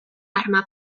arma